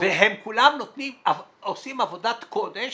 והם כולם עושים עבודת קודש.